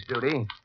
duty